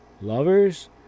lovers